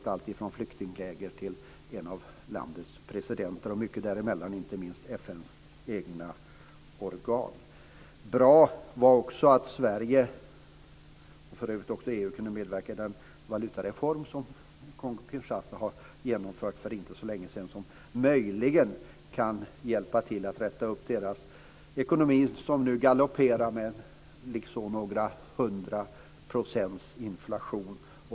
Det var alltifrån flyktingläger till en av landets presidenter och mycket däremellan - inte minst FN:s egna organ. Bra var också att Sverige, och för övrigt också EU, kunde medverka i den valutareform som Kongo Kinshasa har genomfört för inte så länge sedan och som möjligen kan hjälpa till att rätta upp landets ekonomi, som nu galopperar med några hundra procents inflation.